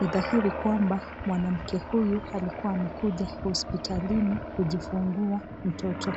ni dhahiri kwamba mwanamke huyu alikuwa amekuja hospitalini kujifungua mtoto.